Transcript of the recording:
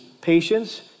patience